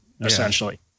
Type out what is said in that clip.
essentially